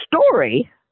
story